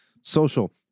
social